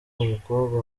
umukobwa